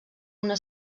una